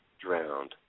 drowned